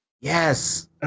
Yes